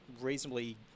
reasonably